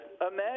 imagine